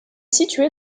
située